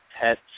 pets